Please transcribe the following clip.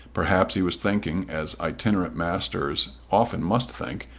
perhaps he was thinking, as itinerant masters often must think,